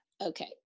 Okay